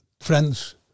Friends